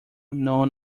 known